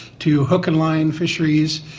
to hook and line fisheries,